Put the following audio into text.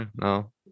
no